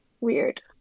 weird